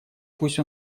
пусть